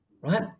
right